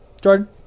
Jordan